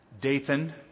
Dathan